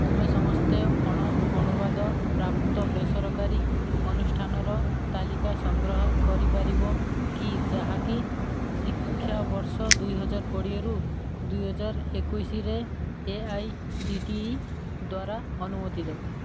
ତୁମେ ସମସ୍ତେ ଅଣ ଅନୁବାଦ ପ୍ରାପ୍ତ ବେସରକାରୀ ଅନୁଷ୍ଠାନର ତାଲିକା ସଂଗ୍ରହ କରିପାରିବ କି ଯାହାକି ଶିକ୍ଷାବର୍ଷ ଦୁଇ ହଜାର କୋଡ଼ିଏରୁ ଦୁଇ ହଜାର ଏକୋଇଶରେ A I C T E ଦ୍ୱାରା ଅନୁମୋଦିତ